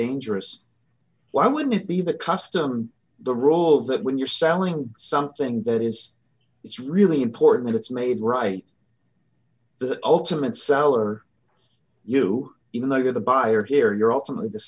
dangerous why would it be that custom the rule that when you're selling something that is it's really important it's made right the ultimate seller you even though you're the buyer here you're alternately the